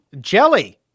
jelly